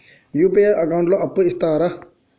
UPI account లో అప్పు ఇస్తరా?